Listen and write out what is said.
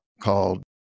called